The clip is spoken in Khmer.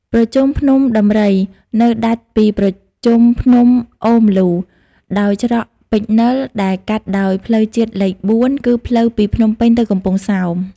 ប្រជុំភ្នំដំរី នៅដាច់ពីប្រជុំភ្នំអូរម្លូដោយច្រកពេជ្រនិល ដែល កាត់ដោយផ្លូវជាតិលេខ ៤ គឺផ្លូវពីភ្នំពេញទៅកំពង់សោម ។